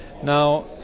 Now